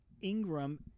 Ingram